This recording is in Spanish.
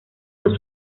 los